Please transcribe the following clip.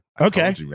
okay